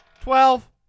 Twelve